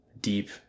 deep